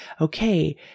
okay